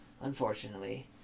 Unfortunately